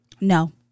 No